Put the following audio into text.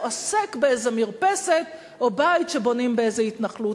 עוסק באיזה מרפסת או בית שבונים באיזה התנחלות.